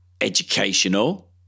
educational